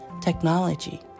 technology